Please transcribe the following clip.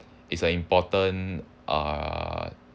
it's a important err